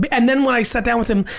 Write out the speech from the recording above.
but and then when i sat down with him,